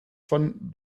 von